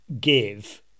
give